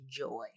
enjoy